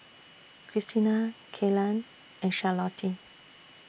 Krystina Kelan and Charlottie